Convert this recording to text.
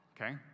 Okay